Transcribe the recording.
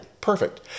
Perfect